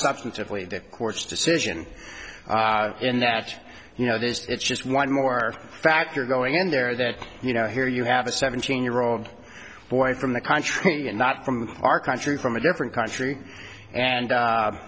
substantively the court's decision in that you know that it's just one more factor going in there that you know here you have a seventeen year old boy from the country and not from our country from a different country and